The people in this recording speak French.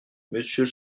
monsieur